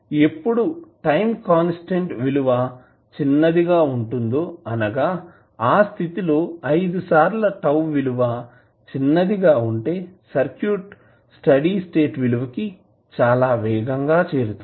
ఎప్పుడు time constant విలువ చిన్నదిగా వుంటుందో అనగా ఆ స్థితి లో 5 సార్ల τ విలువ చిన్నది గా ఉంటే సర్క్యూట్ స్టడీ స్టేట్ విలువ కి చాలా వేగంగా చేరుతుంది